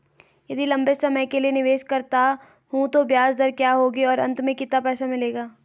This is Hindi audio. यदि लंबे समय के लिए निवेश करता हूँ तो ब्याज दर क्या होगी और अंत में कितना पैसा मिलेगा?